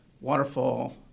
waterfall